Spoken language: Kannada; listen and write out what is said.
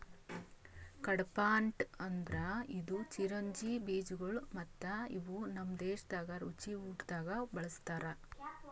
ಕಡ್ಪಾಹ್ನಟ್ ಅಂದುರ್ ಇದು ಚಿರೊಂಜಿ ಬೀಜಗೊಳ್ ಮತ್ತ ಇವು ನಮ್ ದೇಶದಾಗ್ ರುಚಿ ಊಟ್ದಾಗ್ ಬಳ್ಸತಾರ್